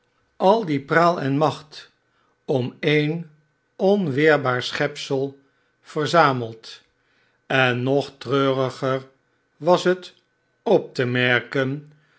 al die praal en macht om e'en onweerbaar schepsel verzameld en nog treuriger was het op te merken